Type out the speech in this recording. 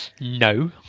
No